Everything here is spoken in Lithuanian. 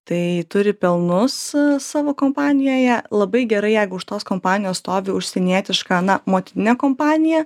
tai turi pelnus savo kompanijoje labai gerai jeigu už tos kompanijos stovi užsienietiška na motininė kompanija